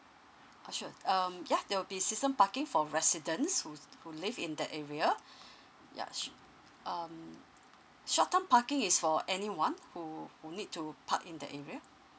uh sure um ya they'll be season parking for residents who's who live in the area ya s~ um short term parking is for any one who who need to park in the area